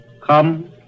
Come